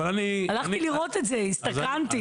הלכתי לראות את זה, הסתקרנתי.